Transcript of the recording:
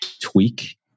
tweak